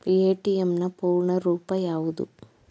ATM ನ ಪೂರ್ಣ ರೂಪ ಯಾವುದು?